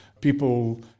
People